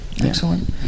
Excellent